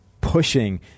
pushing